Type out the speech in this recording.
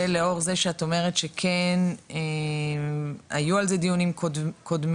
ולאור זה שאת אומרת שכן היו על זה דיונים קודמים,